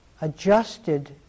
adjusted